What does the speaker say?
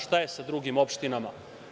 Šta je sa drugim opštinama?